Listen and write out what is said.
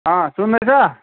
सुन्दैछ